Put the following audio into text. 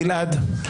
גלעד, תודה.